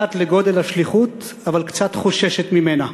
מודעת לגודל השליחות אבל קצת חוששת ממנה,